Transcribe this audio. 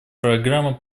программа